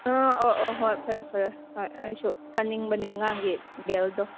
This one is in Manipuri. ꯑꯥ ꯑꯣ ꯑꯣ ꯍꯣꯏ ꯐꯔꯦ ꯐꯔꯦ ꯍꯣꯏ ꯑꯩꯁꯨ ꯈꯟꯅꯤꯡꯕꯅꯦ ꯑꯉꯥꯡꯒꯤ ꯕꯦꯜꯗꯣ